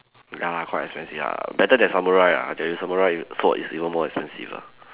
ya quite expensive ah better than samurai ah I tell you samurai swords is even more expensive lah